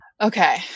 Okay